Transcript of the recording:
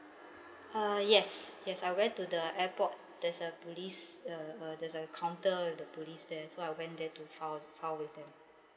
uh yes yes I went to the airport there's a police uh uh there's a counter at the police there so I went there to file file with them